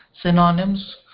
synonyms